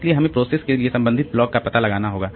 इसलिए हमें प्रोसेस के लिए संबंधित ब्लॉकों का पता लगाना होगा